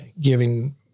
giving